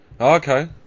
Okay